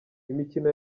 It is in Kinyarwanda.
imikino